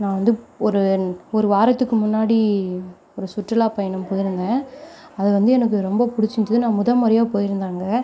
நான் வந்து ஒரு ஒரு வாரத்துக்கு முன்னாடி ஒரு சுற்றுலா பயணம் போயிருந்தேன் அது வந்து எனக்கு ரொம்ப பிடிச்சிருந்துது நான் முதன் முறையாக போயிருந்தேன் அங்கே